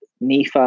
Nephi